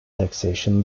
taxation